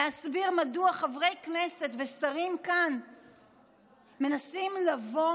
להסביר מדוע חברי כנסת ושרים כאן מנסים לבוא